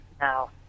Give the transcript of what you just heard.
now